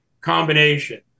combination